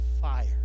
fire